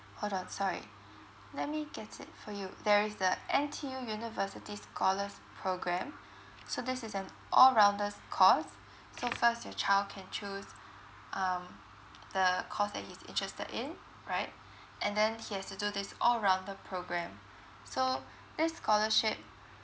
hold on sorry let me get it for you there is the N_T_U university scholars program so this is an all rounders course so first your child can choose um the course that he's interested in right and then he has to do this all rounder program so this scholarship